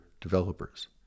developers